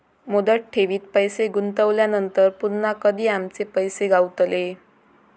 मुदत ठेवीत पैसे गुंतवल्यानंतर पुन्हा कधी आमचे पैसे गावतले?